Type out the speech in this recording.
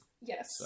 Yes